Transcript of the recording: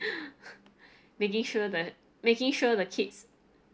making sure that making sure the kids